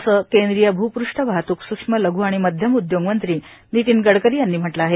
असं केंद्रीय भूपृष्ठ वाहतूक सूक्ष्म लघ् आणि मध्यम उदयोगमंत्री नितीन गडकरी यांनी म्हंटल आहे